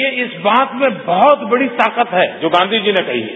ये इस बात में बहुत बड़ी ताकत है जो गांधी जी ने कही है